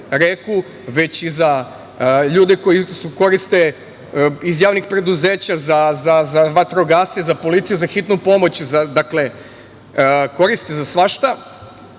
već i za ljude iz javnih preduzeća, za vatrogasce, za policiju, za hitnu pomoć, dakle koriste za svašta,